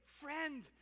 Friend